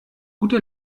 guter